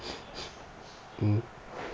mm